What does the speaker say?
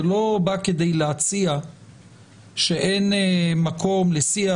זה לא בא כדי להציע שאין מקום לשיח,